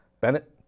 Bennett